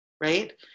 right